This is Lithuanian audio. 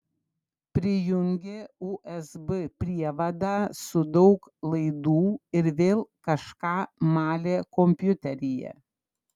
prijungė usb prievadą su daug laidų ir vėl kažką malė kompiuteryje